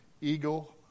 eagle